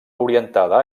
orientada